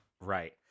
Right